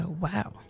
wow